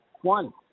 One